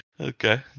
Okay